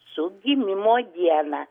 su gimimo diena